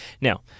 Now